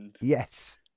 yes